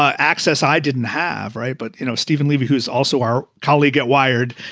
ah access i didn't have. right. but, you know, stephen leeb, who is also our colleague at wired,